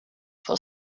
for